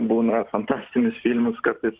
būna fantastinius filmus kartais